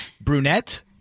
Brunette